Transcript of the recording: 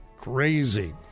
crazy